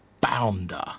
bounder